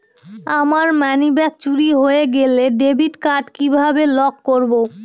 আমার মানিব্যাগ চুরি হয়ে গেলে ডেবিট কার্ড কিভাবে লক করব?